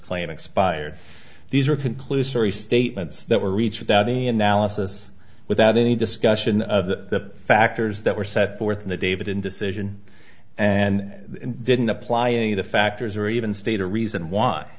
claim expired these are conclusory statements that were reached without any analysis without any discussion of the factors that were set forth in the david in decision and didn't apply any of the factors or even state a reason why